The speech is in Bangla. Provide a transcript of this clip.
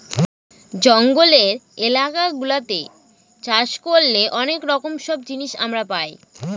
জঙ্গলের এলাকা গুলাতে চাষ করলে অনেক রকম সব জিনিস আমরা পাই